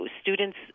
students